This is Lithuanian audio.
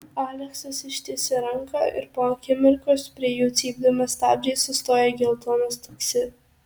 aleksas ištiesė ranką ir po akimirkos prie jų cypdamas stabdžiais sustojo geltonas taksi